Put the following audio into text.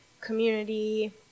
community